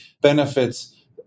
benefits